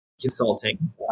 consulting